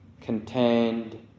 contained